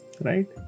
right